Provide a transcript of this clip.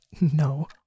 No